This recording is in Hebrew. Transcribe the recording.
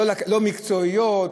לא מקצועיות,